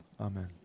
Amen